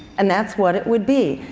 and that's what it would be.